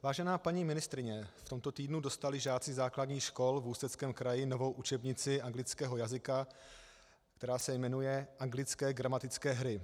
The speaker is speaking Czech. Vážená paní ministryně, v tomto týdnu dostali žáci základních škol v Ústeckém kraji novou učebnici anglického jazyka, která se jmenuje Anglické gramatické hry.